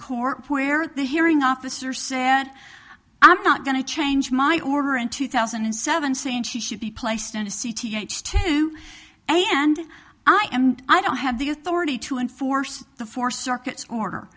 court where the hearing officer said i'm not going to change my order in two thousand and seven saying she should be placed in a c th to a and i and i don't have the authority to enforce the four circuits order